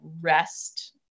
rest